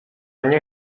nie